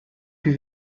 più